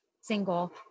single